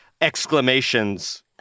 exclamations